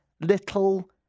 little